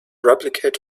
replicate